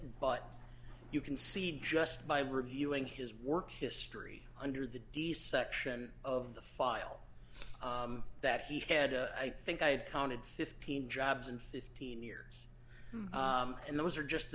but you can see just by reviewing his work history under the d section of the file that he had a i think i counted fifteen jobs in fifteen years and those are just the